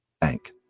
Bank